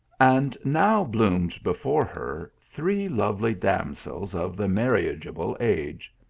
and now bloomed before her three lovely damsels of the marriageable age.